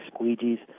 squeegees